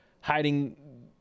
hiding